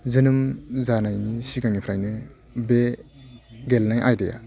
जोनोम जानायनि सिगांनिफ्रायनो बे गेलेनाय आयदाया